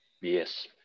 yes